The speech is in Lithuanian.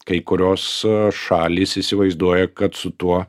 kai kurios šalys įsivaizduoja kad su tuo